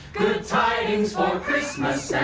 tidings for christmas and